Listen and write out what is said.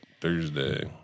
Thursday